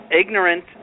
Ignorant